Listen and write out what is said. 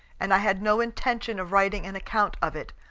and i had no intention of writing an account of it,